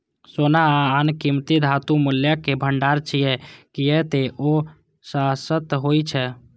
सोना आ आन कीमती धातु मूल्यक भंडार छियै, कियै ते ओ शाश्वत होइ छै